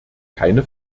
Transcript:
keine